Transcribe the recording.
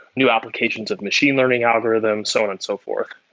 new applications of machine learning algorithms, so on and so forth.